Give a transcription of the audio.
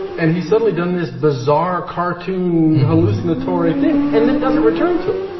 and he's suddenly done this bizarre cartoon, hallucinatory thing and then doesn't return to it